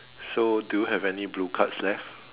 so do you have any blue cards left